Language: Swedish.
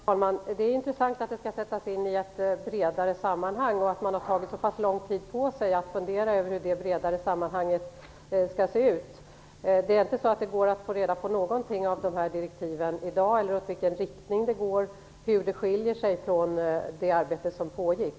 Fru talman! Det är intressant att detta skall sättas in i ett bredare sammanhang liksom även att man har tagit så lång tid på sig för att fundera över hur detta bredare sammanhang skall se ut. Det är inte möjligt att få reda på någonting om dessa direktiv i dag - om i vilken riktning de går och hur de skiljer sig från det arbete som pågick?